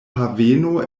haveno